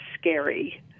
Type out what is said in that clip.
scary